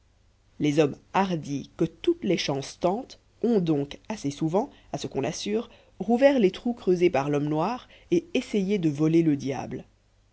les hommes hardis que toutes les chances tentent ont donc assez souvent à ce qu'on assure rouvert les trous creusés par l'homme noir et essayé de voler le diable